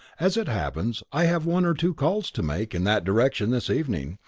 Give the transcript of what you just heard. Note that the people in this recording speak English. as it happens, i have one or two calls to make in that direction this evening.